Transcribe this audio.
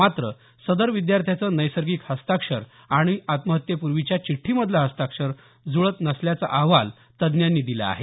मात्र सदर विद्यार्थ्याचं नैसर्गिक हस्ताक्षर आणि आत्महत्येपूर्वीच्या चिठ्ठीमधलं हस्ताक्षर जुळत नसल्याचा अहवाल तज्ज्ञांनी दिला आहे